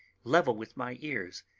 level with my ears,